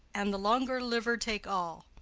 and the longer liver take all.